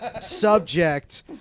subject